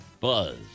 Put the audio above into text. Buzz